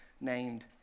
named